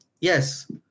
yes